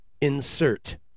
insert